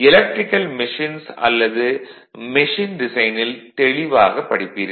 electrical machines அல்லது machine டிசைனில் தெளிவாகப் படிப்பீர்கள்